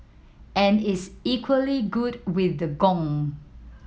and is equally good with the gong